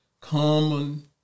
common